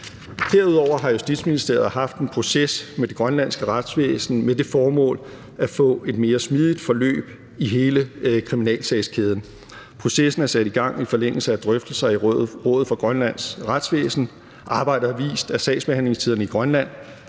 Herudover har Justitsministeriet haft en proces med det grønlandske retsvæsen med det formål at få et mere smidigt forløb i hele kriminalsagskæden. Processen er sat i gang i forlængelse af drøftelser i Rådet for Grønlands Retsvæsen. Arbejdet har vist, at sagsbehandlingstiderne i Grønland